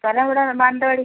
സ്ഥലം ഇവിടെ മാനന്തവാടി